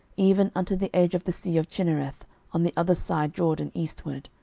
even unto the edge of the sea of chinnereth on the other side jordan eastward.